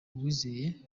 uwizeye